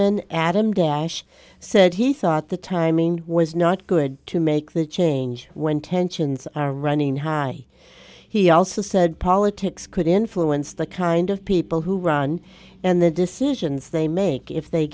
selectman adam dash said he thought the timing was not good to make the change when tensions are running high he also said politics could influence the kind of people who run and the decisions they make if they